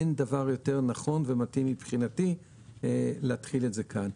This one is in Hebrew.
אין דבר יותר נכון ומתאים מבחינתי מאשר להתחיל את זה כאן.